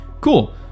Cool